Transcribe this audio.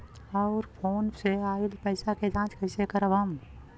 और फोन से आईल पैसा के जांच कैसे करब हम?